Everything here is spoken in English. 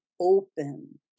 open